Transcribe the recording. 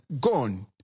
gone